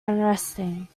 unresting